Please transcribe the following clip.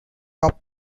top